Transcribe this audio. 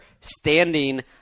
standing